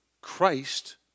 Christ